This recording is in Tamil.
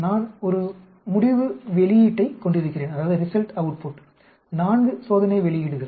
நான் ஒரு முடிவு வெளியீட்டைக் கொண்டிருக்கிறேன் நான்கு சோதனை வெளியீடுகள்